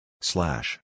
slash